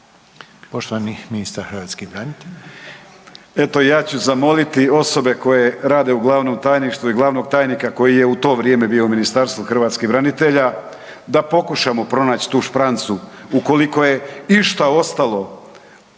Poštovani ministar hrvatskih branitelja.